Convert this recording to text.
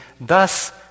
thus